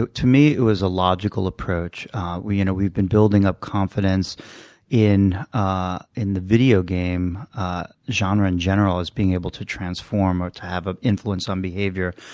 to to me, it was a logical approach and we've been building up confidence in ah in the video game genre in general as being able to transform or to have an influence on behavior.